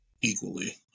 equally